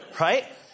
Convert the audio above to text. right